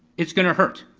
it's gonna hurt.